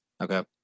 Okay